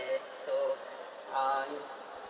so um